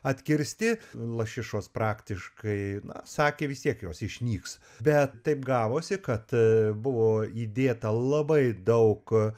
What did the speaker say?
atkirsti lašišos praktiškai na sakė vis tiek jos išnyks bet taip gavosi kad buvo įdėta labai daug